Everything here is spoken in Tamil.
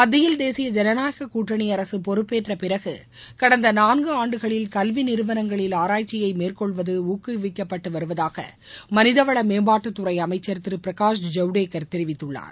மத்தியில் தேசிய ஜனநாயகக் கூட்டணி அரசு பொறுப்பேற்ற பிறகு கடந்த நான்கு ஆண்டுகளில் கல்வி நிறுவனங்களில் ஆராய்ச்சியை மேற்கொள்வது ஊக்குவிக்கப்பட்டு வருவதாக மனிதவள மேம்பாட்டுத் துறை அமைச்சர் திரு பிரகாஷ் ஜவடேக்கர் தெரிவித்துள்ளார்